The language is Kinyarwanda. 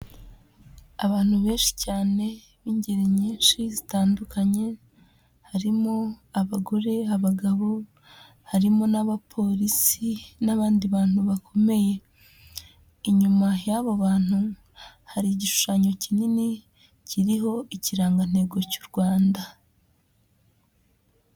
Abantu benshi cyane b'ingeri nyinshi zitandukanye. Harimo abagore, abagabo. Harimo n'abapolisi n'abandi bantu bakomeye. Inyuma y'abo bantu hari igishushanyo kinini kiriho ikirangantego cy'u Rwanda.